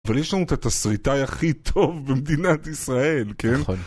אבל יש לנו את התסריטאי הכי טוב במדינת ישראל, כן?